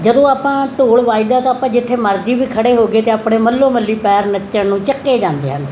ਜਦੋਂ ਆਪਾਂ ਢੋਲ ਵੱਜਦਾ ਤਾਂ ਆਪਾਂ ਜਿੱਥੇ ਮਰਜ਼ੀ ਵੀ ਖੜ੍ਹੇ ਹੋ ਗਏ ਤਾਂ ਆਪਣੇ ਮੱਲੋ ਮੱਲੀ ਪੈਰ ਨੱਚਣ ਨੂੰ ਚੱਕੇ ਜਾਂਦੇ ਹਨ